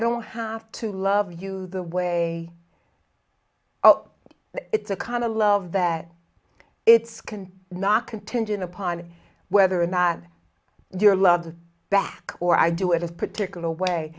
don't have to love you the way it's a kind of love that it's can not contingent upon whether or not you're loved back or i do it a particular way